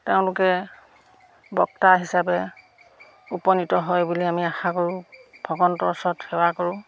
তেওঁলোকে বক্তা হিচাপে উপনীত হয় বুলি আমি আশা কৰোঁ ভগৱন্তৰ ওচৰত সেৱা কৰোঁ